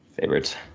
favorites